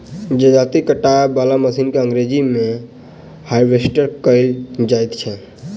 जजाती काटय बला मशीन के अंग्रेजी मे हार्वेस्टर कहल जाइत छै